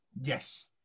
Yes